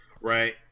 Right